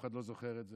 אף אחד לא זוכר את זה.